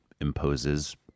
imposes